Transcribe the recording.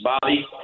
Bobby